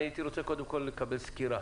הייתי רוצה קודם כול לקבל סקירה.